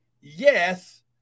Yes